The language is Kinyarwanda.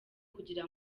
kugira